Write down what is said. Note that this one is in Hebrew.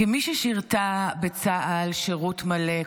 כמי ששירתה בצה"ל שירות מלא,